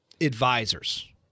advisors